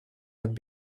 had